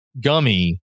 gummy